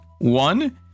One